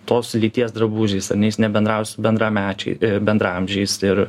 tos lyties drabužiais ar ne jis nebendrauja su bendramečiai bendraamžiais ir